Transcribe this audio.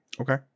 Okay